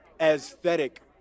aesthetic